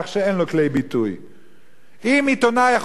אם עיתונאי יכול לכתוב באלימות נגד הציבור החרדי,